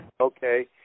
okay